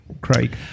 Craig